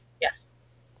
Yes